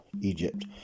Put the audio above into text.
Egypt